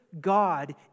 God